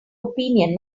opinion